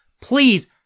please